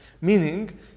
meaning